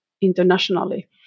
Internationally